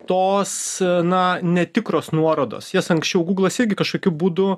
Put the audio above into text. tos na netikros nuorodos jas anksčiau google irgi kažkokiu būdu